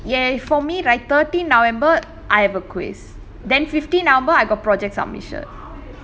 ya for me right thirteen november I have a quiz then fifteen november I got project submission